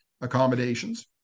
accommodations